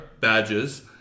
badges